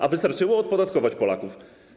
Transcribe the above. A wystarczyło odpodatkować Polaków.